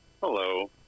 Hello